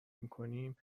میکنیم